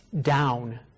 down